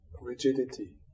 rigidity